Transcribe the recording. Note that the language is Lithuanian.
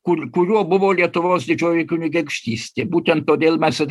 kur kuriuo buvo lietuvos didžioji kunigaikštystė būtent todėl mes ir